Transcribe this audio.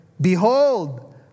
Behold